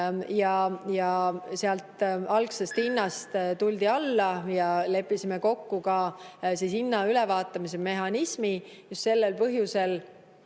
kuulati. Algsest hinnast tuldi alla ja leppisime kokku ka hinna ülevaatamise mehhanismi. Just sellel põhjusel,